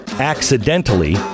accidentally